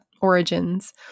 origins